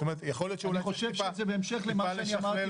אני חושב שבהמשך למה שאמרנו